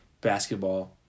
basketball